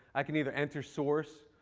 i can either enter source.